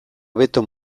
hobeto